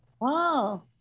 Wow